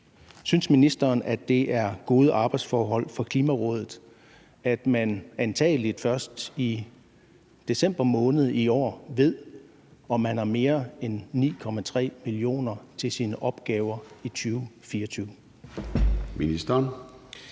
Synes ministeren, at det er gode arbejdsforhold for Klimarådet, at man antagelig først i december måned i år ved, om man har mere end 9,3 mio. kr. til sine opgaver i 2024?